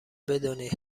بدانید